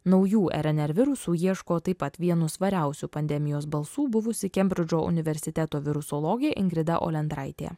naujų rnr virusų ieško taip pat vienu svariausių pandemijos balsų buvusi kembridžo universiteto virusologė ingrida olendraitė